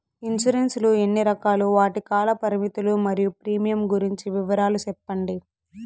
Insurance లు ఎన్ని రకాలు? వాటి కాల పరిమితులు మరియు ప్రీమియం గురించి వివరాలు సెప్పండి?